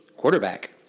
quarterback